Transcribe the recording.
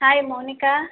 hi Mounika